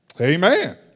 Amen